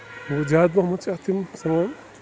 مگر زیادٕ پہمَتھ چھِ اَتھ تِم